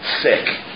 sick